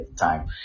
time